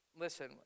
listen